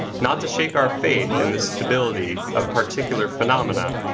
not to shake our faith in the stability of particular phenomena,